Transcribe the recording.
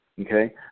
okay